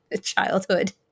childhood